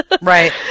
Right